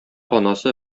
анасы